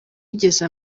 yigeze